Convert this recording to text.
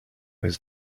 his